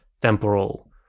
Temporal